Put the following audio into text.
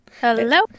Hello